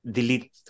Delete